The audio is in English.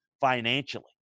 financially